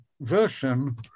version